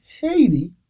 Haiti